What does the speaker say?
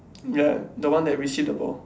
ya the one that receive the ball